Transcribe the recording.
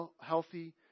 healthy